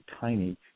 tiny